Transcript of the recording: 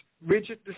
rigid